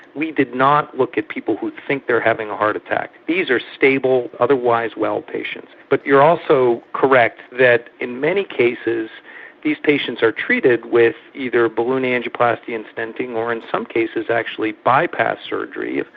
we did not look at people who think they are having a heart attack. these are stable, otherwise well patients. but you're also correct that in many cases these patients are treated with either balloon angioplasty and stenting or in some cases actually bypass surgery.